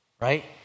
right